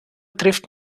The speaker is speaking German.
trifft